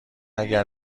اگر